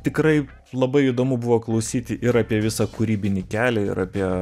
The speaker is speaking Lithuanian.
tikrai labai įdomu buvo klausyti ir apie visą kūrybinį kelią ir apie